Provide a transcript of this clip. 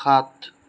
সাত